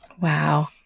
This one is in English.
Wow